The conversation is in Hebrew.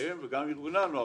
וגם ארגוני הנוער